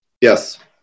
Yes